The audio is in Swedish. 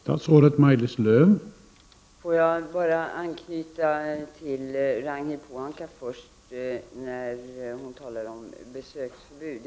Herr talman! Låt mig anknyta till Ragnhild Pohanka först, när hon talar om besöksförbud.